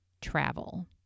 travel